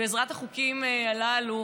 בעזרת החוקים האלה,